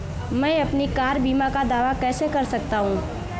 मैं अपनी कार बीमा का दावा कैसे कर सकता हूं?